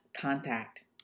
contact